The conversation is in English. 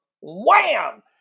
Wham